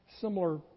similar